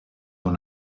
dans